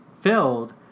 filled